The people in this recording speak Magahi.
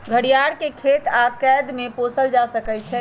घरियार के खेत आऽ कैद में पोसल जा सकइ छइ